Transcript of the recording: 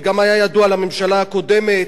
וגם היה ידוע לממשלה הקודמת.